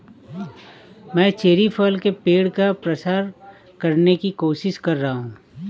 मैं चेरी फल के पेड़ का प्रसार करने की कोशिश कर रहा हूं